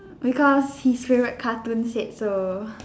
because his favourite cartoon said so